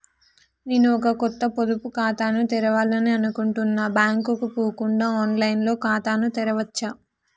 నేను ఒక కొత్త పొదుపు ఖాతాను తెరవాలని అనుకుంటున్నా బ్యాంక్ కు పోకుండా ఆన్ లైన్ లో ఖాతాను తెరవవచ్చా?